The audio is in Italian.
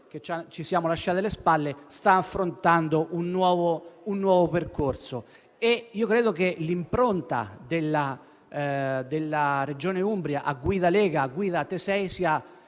che ci siamo lasciati alle spalle, sta affrontando un nuovo percorso. Ritengo che l'impronta della Regione Umbria a guida Lega, a guida Tesei,